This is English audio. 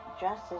Justice